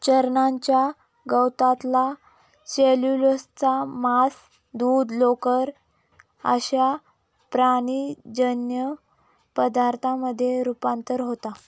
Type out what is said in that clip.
चरण्याच्या गवतातला सेल्युलोजचा मांस, दूध, लोकर अश्या प्राणीजन्य पदार्थांमध्ये रुपांतर होता